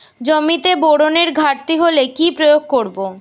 জমিতে বোরনের ঘাটতি হলে কি প্রয়োগ করব?